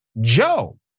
Joe